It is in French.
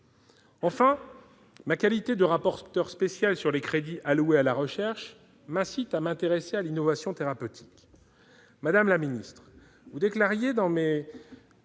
Enfin, ma qualité de rapporteur spécial des crédits alloués à la recherche m'incite à m'intéresser à l'innovation thérapeutique. Madame la ministre, vous déclariez devant mes